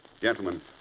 Gentlemen